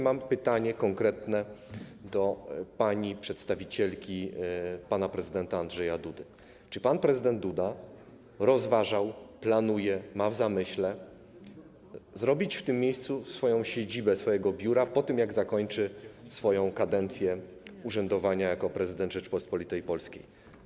Mam konkretne pytanie do pani przedstawicielki pana prezydenta Andrzeja Dudy: Czy pan prezydent Duda rozważał, planuje, ma w zamyśle zrobić w tym miejscu swoją siedzibę, swoje biuro, jak zakończy swoją kadencję urzędowania jako prezydent Rzeczypospolitej Polskiej?